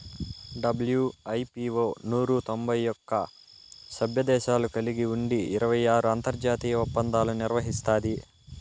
WIPO నూరు తొంభై ఒక్క సభ్యదేశాలు కలిగి ఉండి ఇరవై ఆరు అంతర్జాతీయ ఒప్పందాలు నిర్వహిస్తాది